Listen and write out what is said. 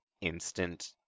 instant